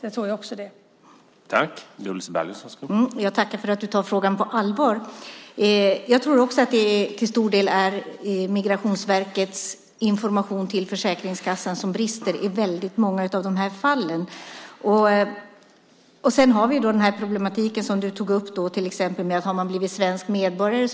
Jag tror också att det är